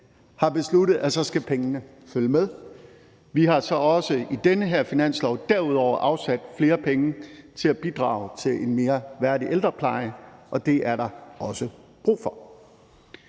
har besluttet, at pengene så skal følge med. Vi har så også i den her finanslov derudover afsat flere penge til at bidrage til en mere værdig ældrepleje, og det er der også brug for.